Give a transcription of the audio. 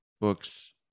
books